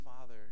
Father